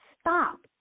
Stop